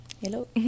hello